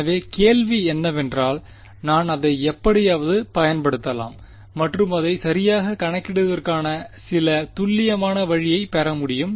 எனவே கேள்வி என்னவென்றால் நான் அதை எப்படியாவது பயன்படுத்தலாம் மற்றும் அதை சரியாகக் கணக்கிடுவதற்கான சில துல்லியமான வழியைப் பெற முடியும்